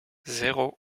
zéro